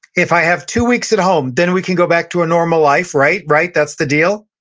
if i have two weeks at home, then we can go back to a normal life, right, right? that's the deal?